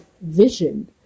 vision